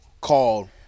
called